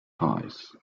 ties